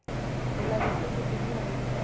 ओलावृष्टि से की की हानि होतै?